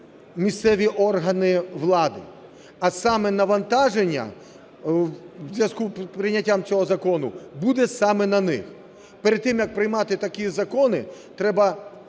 місцеві органи влади, а саме навантаження в зв'язку з прийняттям цього закону буде саме на них. Перед тим як приймати такі закони треба